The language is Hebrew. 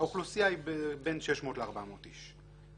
האוכלוסייה היא בין 600 ל-400 איש.